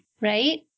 Right